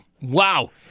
wow